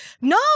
No